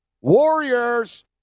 Warriors